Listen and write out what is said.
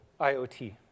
IoT